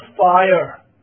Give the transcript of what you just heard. fire